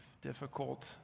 difficult